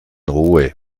ruhe